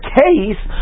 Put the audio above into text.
case